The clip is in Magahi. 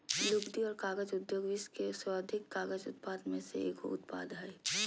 लुगदी और कागज उद्योग विश्व के सर्वाधिक कागज उत्पादक में से एगो उत्पाद हइ